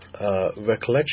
recollection